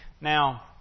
Now